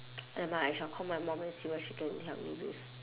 never mind I shall call my mum and see what she can help me with